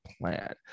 plan